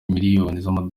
imiliyoni